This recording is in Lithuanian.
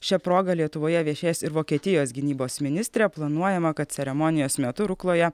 šia proga lietuvoje viešės ir vokietijos gynybos ministrė planuojama kad ceremonijos metu rukloje